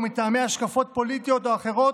או מטעמי השקפות פוליטיות או אחרות,